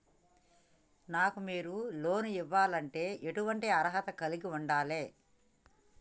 నాకు మీరు లోన్ ఇవ్వాలంటే ఎటువంటి అర్హత కలిగి వుండాలే?